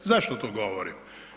Zašto to govorim?